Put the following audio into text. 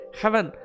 heaven